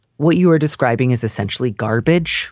what you are describing is essentially garbage